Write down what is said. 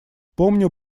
помню